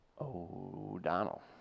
O'Donnell